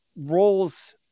roles